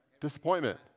Disappointment